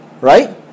right